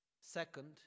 Second